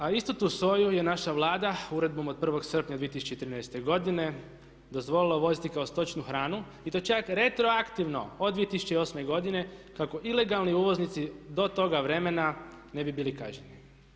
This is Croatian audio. A istu tu soju je naša Vlada uredbom od 1. srpnja 2013. godine dozvolila uvoziti kao stočnu hranu i to čak retroaktivno od 2008. godine kako ilegalni uvoznici do toga vremena ne bi bili kažnjivi.